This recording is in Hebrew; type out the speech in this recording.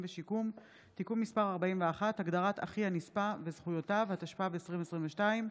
בספורט (תיקון מס' 16), התשפ"ב 2022,